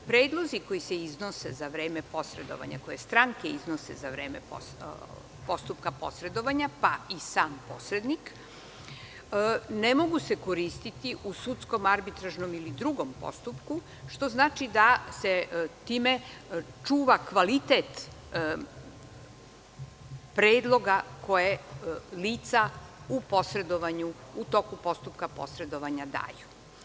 Predlozi koji se iznose za vreme posredovanja, koje stranke iznose za vreme postupka posredovanja, pa i sam posrednik ne mogu se koristiti u sudskom, arbitražnom ili drugom postupku, što znači da se time čuva kvalitet predloga koje lica u toku postupka posredovanja daju.